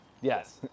Yes